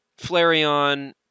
Flareon